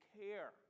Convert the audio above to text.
care